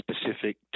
specific